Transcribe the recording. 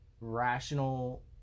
rational